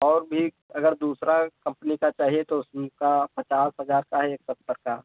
और भी अगर दूसरी कम्पनी का चाहिए तो उसमें का पचास हज़ार का है एक सत्तर का